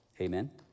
Amen